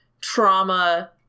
trauma